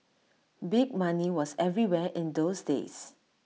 big money was everywhere in those days